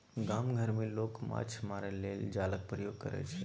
गाम घर मे लोक माछ मारय लेल जालक प्रयोग करय छै